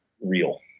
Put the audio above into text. real